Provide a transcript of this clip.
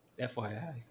FYI